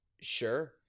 Sure